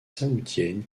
saoudienne